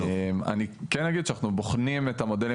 אני כן אגיד שאנחנו בוחנים את המודלים